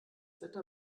wetter